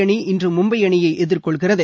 அணி இன்று மும்பை அணியை எதிர்கொள்கிறது